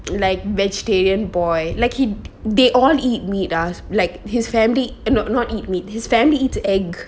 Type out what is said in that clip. like vegetarian boy like it they all eat meat ah does like his family and not not eat meat his family eats egg